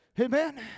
Amen